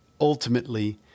ultimately